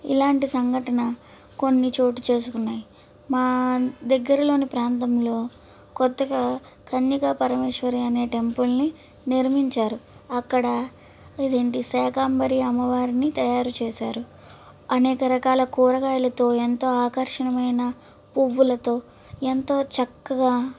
ఇలాంటి సంఘటన కొన్ని చోటుచేసుకున్నాయి మా దగ్గరలోని ప్రాంతంలో కొత్తగా కన్యకా పరమేశ్వరి అనే టెంపుల్ని నిర్మించారు అక్కడ అదేంటి శాఖంబరి అమ్మవారిని తయారు చేశారు అనేక రకాల కూరగాయలతో ఎంతో ఆకర్షణీయమైన పువ్వులతో ఎంతో చక్కగా